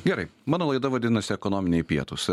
gerai mano laida vadinasi ekonominiai pietūs